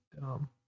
dumb